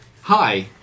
Hi